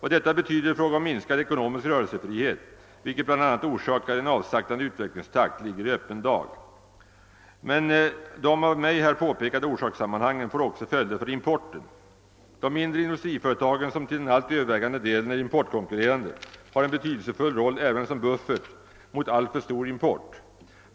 Vad detta betyder i fråga om minskad ekonomisk rörelsefrihet, vilket i sin tur orsakar bl.a. en avsaktande utvecklingstakt, ligger i öppen dag. Men de av mig här påpekade orsakssammanhangen får också följder för importen. De mindre industriföretagen, som till den allt övervägande delen är importkonkurrerande, spelar en betydelsefull roll även som en buffert mot alltför stor import.